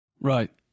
Right